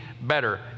better